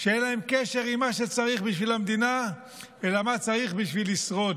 שאין להן קשר עם מה שצריך בשביל המדינה אלא למה שצריך בשביל לשרוד,